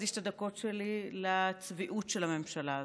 להקדיש את הדקות שלי לצביעות של הממשלה הזאת.